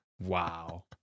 Wow